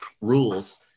rules